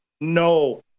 No